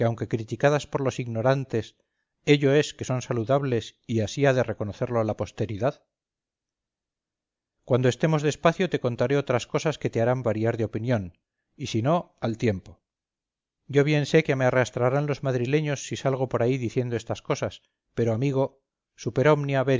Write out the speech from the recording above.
aunque criticadas por los ignorantes ello es que son laudables y así ha de reconocerlo la posteridad cuando estemos despacio te contaré otras cosas que te harán variar de opinión y si no al tiempo yo bien sé que me arrastrarán los madrileños si salgo por ahí diciendo estas cosas pero amigo super